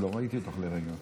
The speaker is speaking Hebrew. לא ראיתי אותך לרגע.